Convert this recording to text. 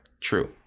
True